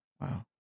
Wow